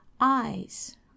eyes